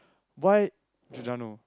why Giordano